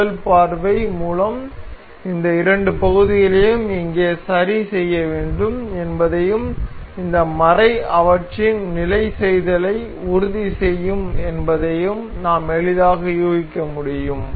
முதல் பார்வை மூலம் இந்த இரண்டு பகுதிகளையும் இங்கே சரி செய்ய வேண்டும் என்பதையும் இந்த மறை அவற்றின் நிலை செய்தலை உறுதி செய்யும் என்பதையும் நாம் எளிதாக யூகிக்க முடியும்